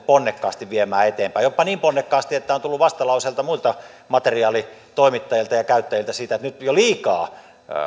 ponnekkaasti viemään eteenpäin jopa niin ponnekkaasti että on tullut vastalauseita muiden materiaalien toimittajilta ja käyttäjiltä että nyt jo liikaa